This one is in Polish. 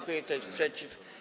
Kto jest przeciw?